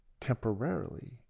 temporarily